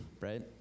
right